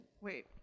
Wait